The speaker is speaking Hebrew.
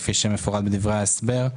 כפי שמפורט בדברי ההסבר,